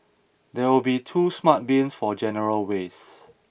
there will be two smart bins for general waste